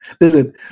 Listen